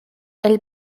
elle